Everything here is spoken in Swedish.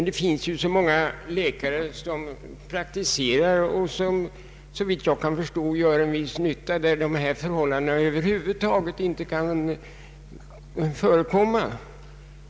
Det finns dock många läkare som praktiserar och, såvitt jag kan förstå, gör en viss nytta, utan att dessa förhållanden över huvud taget kan förekomma.